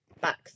Back